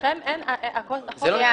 לבקשתכם אין עדיין חוק.